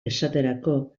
esaterako